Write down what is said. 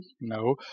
No